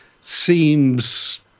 seems